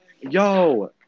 yo